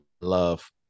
love